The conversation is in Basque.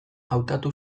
hautatu